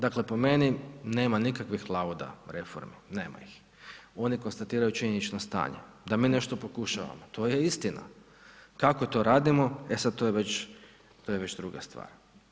Dakle, po meni nema nikakvih lauda reformi, nema ih, one konstatiraju činjenično stanje, da mi nešto pokušavamo to je istina, kako to radimo, e sad to je već, to je već druga stvar.